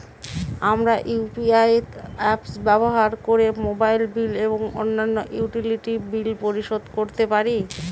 আমরা UPI apps ব্যবহার করে মোবাইল বিল এবং অন্যান্য ইউটিলিটি বিল পরিশোধ করতে পারি